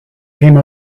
came